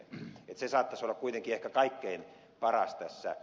se saattaisi olla kuitenkin ehkä kaikkein paras tässä